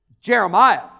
Jeremiah